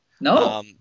No